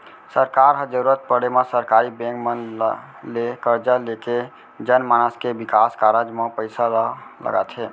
सरकार ह जरुरत पड़े म सरकारी बेंक मन ले करजा लेके जनमानस के बिकास कारज म पइसा ल लगाथे